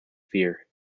fear